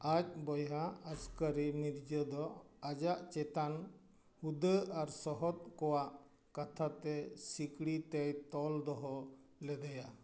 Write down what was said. ᱟᱡ ᱵᱚᱭᱦᱟ ᱟᱥᱠᱟᱨᱤᱢᱤᱨᱡᱟᱹ ᱫᱚ ᱟᱡᱟᱜ ᱪᱮᱛᱟᱱ ᱦᱩᱫᱟᱹ ᱟᱨ ᱥᱚᱦᱚᱫ ᱠᱚᱣᱟᱜ ᱠᱟᱛᱷᱟᱛᱮ ᱥᱤᱠᱲᱤᱛᱮᱭ ᱛᱚᱞ ᱫᱚᱦᱚ ᱞᱮᱫᱮᱭᱟ